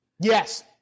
Yes